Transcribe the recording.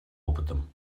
опытом